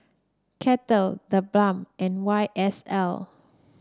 Kettle TheBalm and Y S L